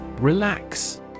Relax